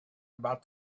about